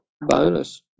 Bonus